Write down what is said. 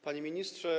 Panie Ministrze!